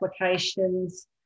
applications